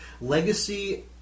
Legacy